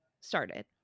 started